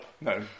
no